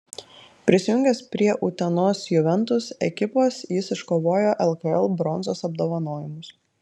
prisijungęs prie utenos juventus ekipos jis iškovojo lkl bronzos apdovanojimus